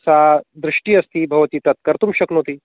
सा दृष्टिः अस्ति भवती तत् कर्तुं शक्नोति